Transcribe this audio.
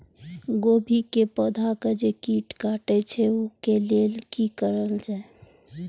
गोभी के पौधा के जे कीट कटे छे वे के लेल की करल जाय?